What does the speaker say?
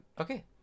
Okay